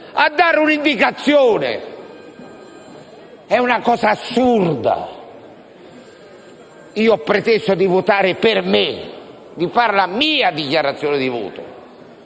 a dare un'indicazione. È una cosa assurda. Ho preteso di votare per me, di fare la mia dichiarazione di voto.